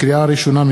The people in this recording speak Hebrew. לקריאה ראשונה,